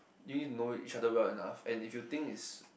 you need to know each other well enough and if you think is